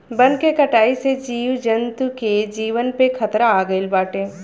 वन के कटाई से जीव जंतु के जीवन पे खतरा आगईल बाटे